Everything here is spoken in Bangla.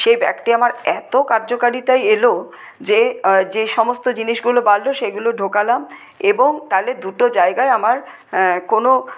সেই ব্যাগটি আমার এতো কার্যকারিতায় এলো যে যে সমস্ত জিনিসগুলো বাড়লো সেগুলো ঢোকালাম এবং তাহলে দুটো জায়গায় আমার কোনো